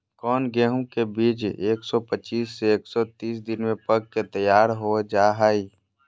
कौन गेंहू के बीज एक सौ पच्चीस से एक सौ तीस दिन में पक के तैयार हो जा हाय?